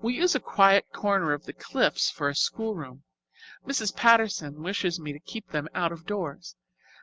we use a quiet corner of the cliffs for a schoolroom mrs. paterson wishes me to keep them out of doors